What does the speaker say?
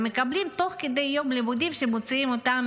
הם מקבלים תוך כדי יום לימודים, מוציאים אותם